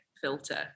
filter